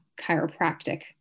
chiropractic